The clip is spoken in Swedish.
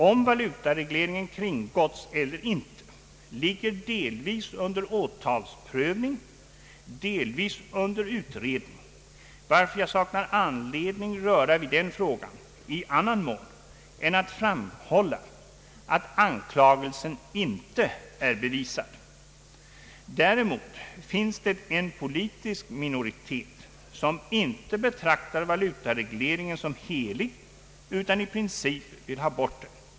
Om valutaregleringen kringgåtts eller inte ligger delvis under åtalsprövning, delvis under utredning, varför jag saknar anledning röra vid den frågan i annan mån än att framhålla att anklagelsen inte är bevisad. Däremot finns det en politisk minoritet som inte betraktar valutaregleringen som helig utan i princip vill ha bort den.